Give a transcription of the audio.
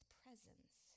presence